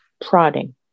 prodding